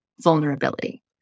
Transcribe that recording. vulnerability